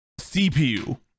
CPU